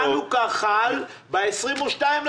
חנוכה חל ב-22.12.